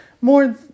more